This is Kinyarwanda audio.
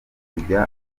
kujya